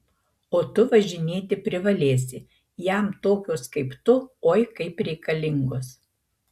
o tu važinėti privalėsi jam tokios kaip tu oi kaip reikalingos